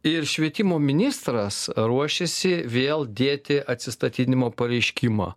ir švietimo ministras ruošiasi vėl dėti atsistatydinimo pareiškimą